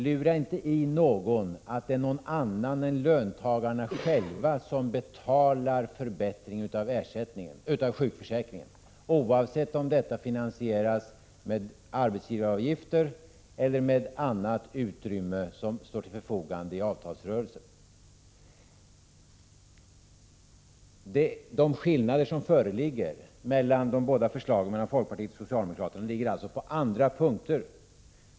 Lura inte någon att det är några andra än löntagarna själva som betalar en förbättring av sjukförsäkringen, oavsett om finansieringen sker genom arbetsgivaravgifter eller med andra medel som står till förfogande i avtalsrörelsen. De skillnader som föreligger mellan folkpartiets och socialdemokraternas förslag gäller alltså andra punkter.